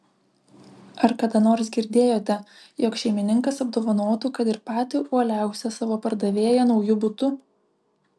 ar kada nors girdėjote jog šeimininkas apdovanotų kad ir patį uoliausią savo pardavėją nauju butu